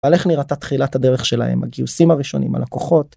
ועל איך נראיתה תחילת הדרך שלהם, הגיוסים הראשונים, הלקוחות.